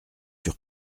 sur